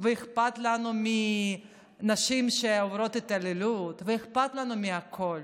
ואכפת לנו מנשים שעוברות התעללות ואכפת לנו מהכול.